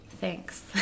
Thanks